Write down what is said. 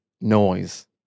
noise